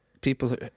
people